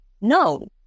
No